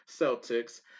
Celtics